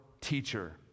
teacher